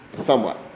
somewhat